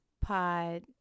pod